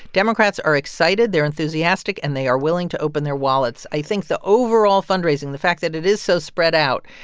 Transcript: democrats are excited. they're enthusiastic, and they are willing to open their wallets. i think the overall fundraising, the fact that it is so spread out,